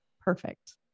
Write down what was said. Perfect